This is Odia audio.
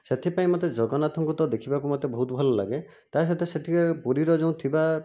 ସେଥିପାଇଁ ମୋତେ ଜଗନ୍ନାଥଙ୍କୁ ତ ଦେଖିବାକୁ ମୋତେ ବହୁତ ଭଲଲାଗେ ତା' ସହିତ ସେଠିକା ପୁରୀର ଯେଉଁ ଥିବା